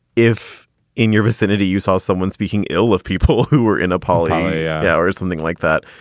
if in your vicinity you saw someone speaking ill of people who were in a poly yeah yeah ah or something like that,